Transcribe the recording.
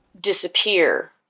...disappear